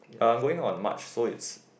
I'm going on March so it's